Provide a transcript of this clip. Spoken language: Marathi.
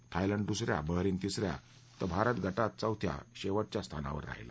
थांयलंड दुस या बहरीन तिस या तर भारत गटात चौथ्या शेवटच्या स्थानावर राहिला